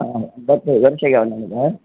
ಹಾಂ ಎಂಬತ್ತೈದು ವರ್ಷ ಆಗ್ಯಾವೆ ನನ್ಗೆ